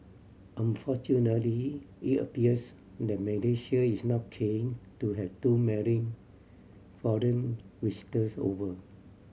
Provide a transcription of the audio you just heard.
unfortunately it appears that Malaysia is not keen to have too many foreign visitors over